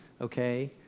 okay